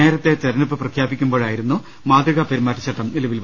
നേരത്തെ തെരഞ്ഞെടുപ്പ് പ്രഖ്യാപിക്കുമ്പോഴായിരുന്നു മാതൃകാപെരുമാറ്റചട്ടം നിലവിൽ വന്നത്